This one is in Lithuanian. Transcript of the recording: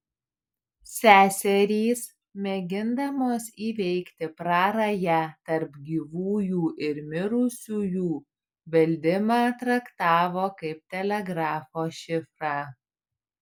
seserys mėgindamos įveikti prarają tarp gyvųjų ir mirusiųjų beldimą traktavo kaip telegrafo šifrą